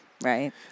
Right